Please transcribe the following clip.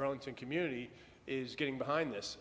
burlington community is getting behind this